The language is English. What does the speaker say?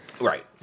Right